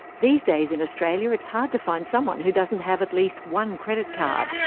these days in australia, it's hard to find someone who doesn't have at least one credit card,